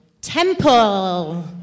Temple